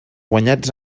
guanyats